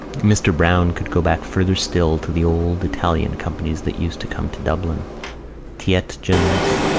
mr. browne could go back farther still, to the old italian companies that used to come to dublin tietjens,